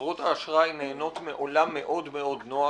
חברות האשראי נהנות מעולם מאוד מאוד נוח.